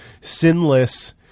sinless